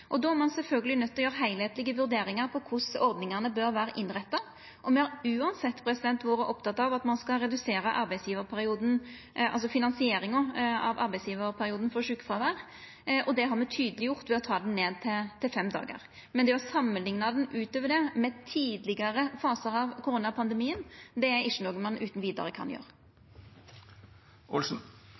Då er ein sjølvsagt nøydd til å gjera heilskaplege vurderingar av korleis ordningane bør vera innretta. Me har uansett vore opptekne av at ein skal redusera finansieringa av arbeidsgjevarperioden for sjukefråvær, og det har me tydeleggjort ved å ta det ned til fem dagar. Men det å samanlikna det – utover det – med tidlegare fasar av koronapandemien, er ikkje noko ein utan vidare kan